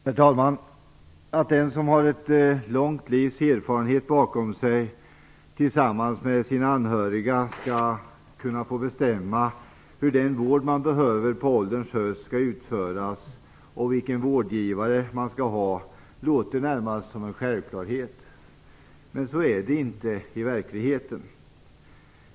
Herr talman! Att den som har ett långt livs erfarenhet bakom sig skall kunna få bestämma, tillsammans med sina anhöriga, hur den vård man behöver på ålderns höst skall utföras och vilken vårdgivare man skall ha låter närmast som en självklarhet. Men så är det inte i verkligheten.